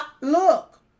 Look